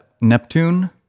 Neptune